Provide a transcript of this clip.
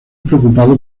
preocupado